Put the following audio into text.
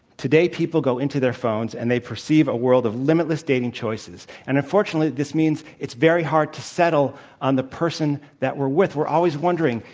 today, people go into their phones, and they perceive a world of limitless dating choices. and unfortunately, this means it's very hard to settle on the person that we're with. we're always wondering,